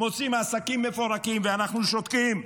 מוצאים עסקים מפורקים, ואנחנו שותקים.